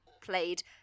played